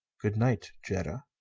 good night jetta.